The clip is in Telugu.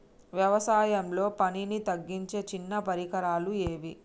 వ్యవసాయంలో పనిని తగ్గించే చిన్న పరికరాలు ఏవి?